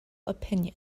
opinion